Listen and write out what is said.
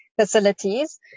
facilities